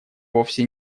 вовсе